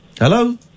Hello